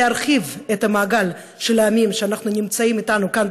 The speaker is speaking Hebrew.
להרחיב את המעגל של העמים שנמצאים איתנו כאן,